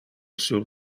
sur